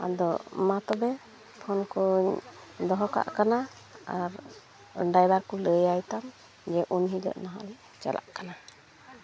ᱟᱫᱚ ᱢᱟᱛᱚᱵᱮ ᱯᱷᱳᱱᱠᱚ ᱫᱚᱦᱚᱠᱟᱜ ᱠᱟᱱᱟ ᱟᱨ ᱰᱟᱭᱵᱟᱨᱠᱚ ᱞᱟᱹᱭᱟᱭᱛᱟᱢ ᱩᱱᱦᱤᱞᱚᱜ ᱫᱚᱼᱦᱟᱜᱞᱮ ᱪᱟᱞᱟᱜ ᱠᱟᱱᱟ